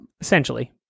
Essentially